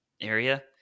area